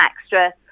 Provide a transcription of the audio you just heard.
extra